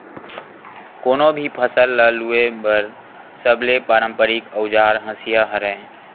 कोनो भी फसल ल लूए बर सबले पारंपरिक अउजार हसिया हरय